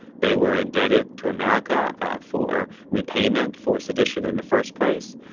they were indebted to america ah for repayment for sedition in the first place.